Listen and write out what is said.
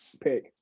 pick